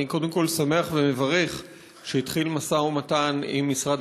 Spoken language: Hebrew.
אני קודם כול שמח ומברך שהתחיל משא-ומתן עם משרד